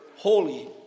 holy